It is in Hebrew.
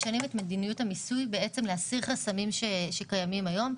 משנים את מדיניות המיסוי להסיר חסמים שקיימים היום.